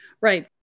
Right